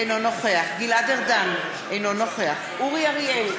אינו נוכח גלעד ארדן, אינו נוכח אורי אריאל,